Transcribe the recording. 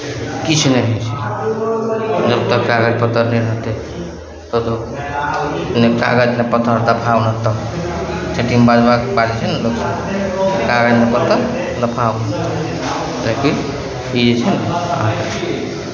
किछु नहि होइ छै जब तक कागज पत्तर नहि रहतै तब तक ने कागज ने पत्तर ने फॉर्म तऽ चीटिंग मारनाइ मारै छै ने लोकसभ ने कागज ने पत्तर ने फॉर्म तऽ ई ई जे छै ने